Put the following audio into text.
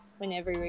whenever